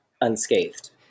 unscathed